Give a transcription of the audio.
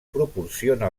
proporciona